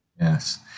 Yes